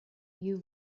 you